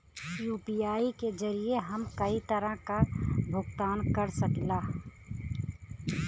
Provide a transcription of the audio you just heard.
UPI के जरिये हम कई तरे क भुगतान कर सकीला